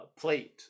plate